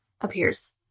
appears